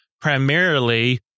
primarily